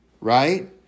right